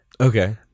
Okay